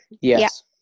Yes